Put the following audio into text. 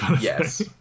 Yes